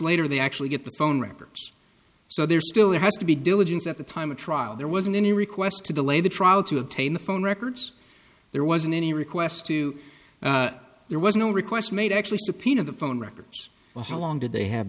later they actually get the phone records so there still has to be diligence at the time of trial there wasn't any request to delay the trial to obtain the phone records there wasn't any request to there was no request made actually subpoena the phone records or how long did they have